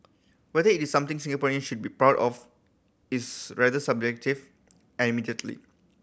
whether it is something Singaporeans should be proud of is rather subjective admittedly